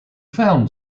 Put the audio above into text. found